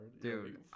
Dude